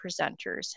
presenters